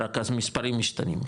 רק המספרים משתנים,